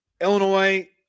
Illinois